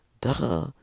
Duh